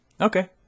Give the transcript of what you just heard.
Okay